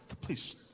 please